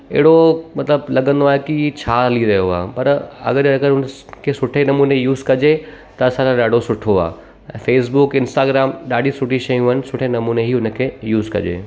अहिड़ो मतिलबु लॻंदो आहे की छा हली रहियो आहे पर अगरि जे उन खे सुठे नमूने यूज़ कजे त असां लाइ ॾाढो सुठो आहे फेसबुक इंस्टाग्राम ॾाढी सुठी शयूं आहिनि सुठे नमूने ई हुन खे यूज़ कजे